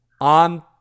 on